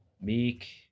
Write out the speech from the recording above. Meek